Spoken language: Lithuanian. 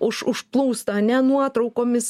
už užplūsta ane nuotraukomis